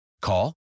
Call